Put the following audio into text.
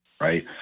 right